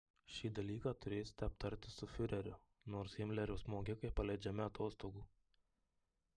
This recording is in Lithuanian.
šį dalyką turėsite aptarti su fiureriu nors himlerio smogikai paleidžiami atostogų